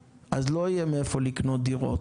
כי בוטל חוק המכר, אז לא יהיה מאיפה לקנות דירות.